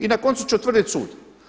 I na koncu će utvrdit sud.